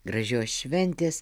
gražios šventės